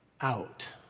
out